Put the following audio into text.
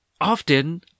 Often